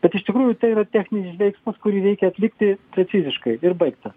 bet iš tikrųjų tai yra techninis veiksmas kurį reikia atlikti preciziškai ir baigta